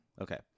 Okay